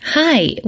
Hi